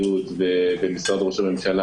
משרד ראש הממשלה